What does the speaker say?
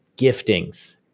giftings